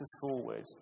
forward